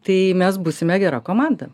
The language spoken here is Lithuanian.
tai mes būsime gera komanda